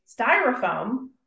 Styrofoam